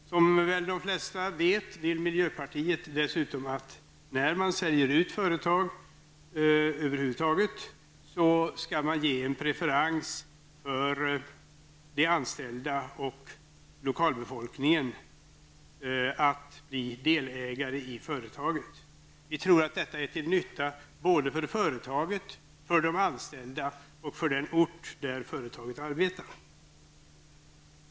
Som väl de flesta vet vill miljöpartiet dessutom att man när man över huvud taget säljer ut företag skall ge en preferens för de anställda och lokalbefolkningen att bli delägare i företaget. Vi tror att detta är till nytta både för företaget, de anställda och den ort där företaget drivs.